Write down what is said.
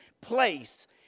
place